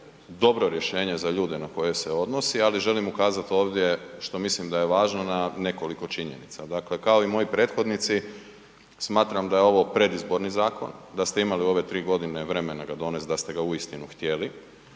dobro rješenje za ljude na koje se odnosi, ali želim ukazat ovdje što mislim da je važno na nekoliko činjenica. Dakle, kao i moji prethodnici, smatram da je ovo predizborni zakon, da ste imali u ove 3 g. vremena da donest da ste ga uistinu htjeli